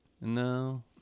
No